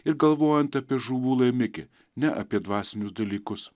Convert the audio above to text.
ir galvojant apie žuvų laimikį ne apie dvasinius dalykus